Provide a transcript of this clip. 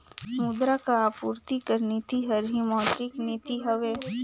मुद्रा कर आपूरति कर नीति हर ही मौद्रिक नीति हवे